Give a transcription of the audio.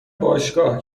باشگاه